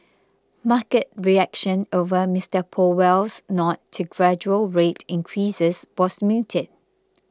market reaction over Mister Powell's nod to gradual rate increases was muted